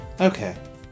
Okay